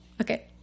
Okay